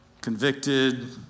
Convicted